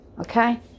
Okay